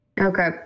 Okay